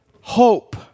hope